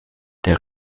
der